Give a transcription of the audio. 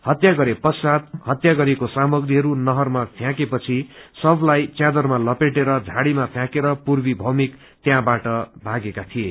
हत्या गरे पश्चात हत्या गरिएको सामग्रीहरू नहरमा फ्याँके पछि शवलाई च्यादरमा लपेटेर झाड़ीमा फ्याँकेर पूर्वी त्यहाँबाट भागेका थिए